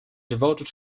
devoted